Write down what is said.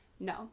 No